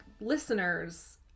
listeners